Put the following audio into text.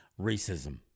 racism